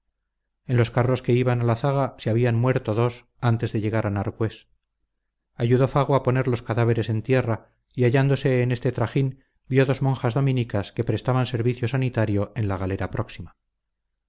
en los carros que iban a la zaga se habían muerto dos antes de llegar a narcués ayudó fago a poner los cadáveres en tierra y hallándose en este trajín vio dos monjas dominicas que prestaban servicio sanitario en la galera próxima